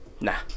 Nah